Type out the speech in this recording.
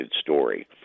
story